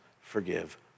forgive